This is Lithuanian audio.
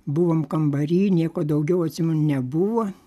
buvom kambary nieko daugiau atsimenu nebuvo